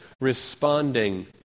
responding